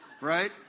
right